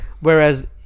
Whereas